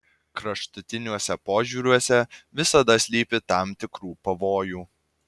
kraštutiniuose požiūriuose visada slypi tam tikrų pavojų